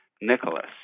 Nicholas